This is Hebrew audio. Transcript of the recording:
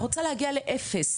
אני רוצה להגיע לאפס,